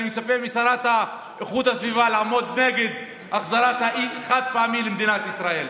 אני מצפה מהשרה לאיכות הסביבה לעמוד נגד החזרת החד-פעמי למדינת ישראל.